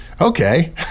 Okay